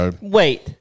Wait